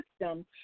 system